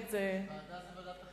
ועדה זה ועדת החינוך.